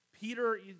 Peter